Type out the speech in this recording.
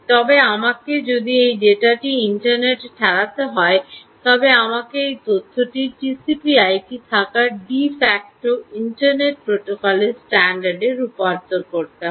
তবে আমাকে যদি এই ডেটাটি ইন্টারনেটে ঠেলাতে হয় তবে আমাকে এই তথ্যটি টিসিপি আইপিতে থাকা ডি ফ্যাক্টো ইন্টারনেট প্রোটোকল স্ট্যান্ডার্ডে রূপান্তর করতে হবে